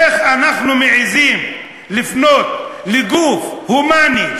איך אנחנו מעזים לפנות לגוף הומני,